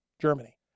Germany